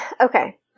Okay